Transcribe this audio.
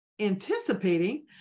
anticipating